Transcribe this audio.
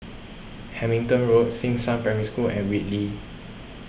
Hamilton Road Xishan Primary School and Whitley